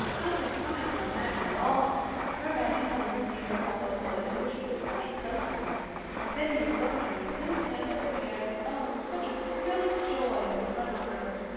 i've been trying to imagine it all out her edging a little nearer all the time until she was quite close to him and then he would look at her and put his hand on her hair and oh, such a thrill of joy as would run over her!